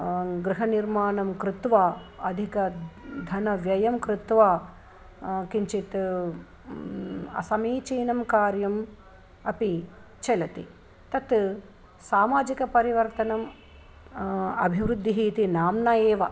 गृहनिर्माणं कृत्वा अधिकधनव्ययं कृत्वा किञ्चित् असमीचीनं कार्यम् अपि चलति तत् सामाजिकपरिवर्तनम् अभिवृद्धिः इति नाम्ना एव